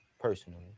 personally